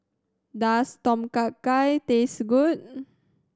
does Tom Kha Gai taste good